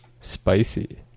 spicy